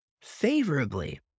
favorably